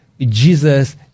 Jesus